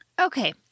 Okay